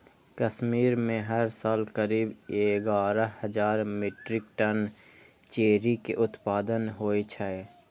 कश्मीर मे हर साल करीब एगारह हजार मीट्रिक टन चेरी के उत्पादन होइ छै